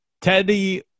Teddy